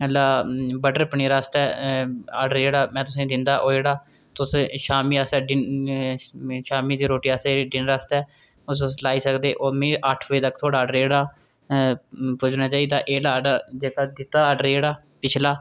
मतलब बटर पनीर आस्तै ऑर्डर जेह्ड़ा में तुसें ई दिंदा ओह् जेह्ड़ा तुस शामीं आस्तै शामीं दी रोटी आस्तै डिनर आस्तै ओह् तुस लाई सकदे ओह् मी अट्ठ बजे तक थुआढ़ा ऑर्डर जेह्ड़ा पुज्जना चाहिदा ते एह्का ऑर्डर जेह्ड़ा दित्ता दा ऑर्डर पिछला